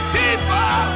people